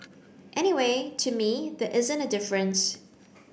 anyway to me there isn't a difference